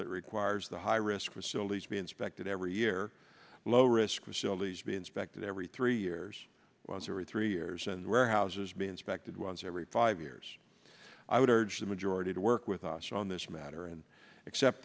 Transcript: that requires the high risk facilities to be inspected every year low risk of shelly's be inspected every three years once every three years and warehouses be inspected once every five years i would urge the majority to work with us on this matter and accept